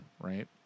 right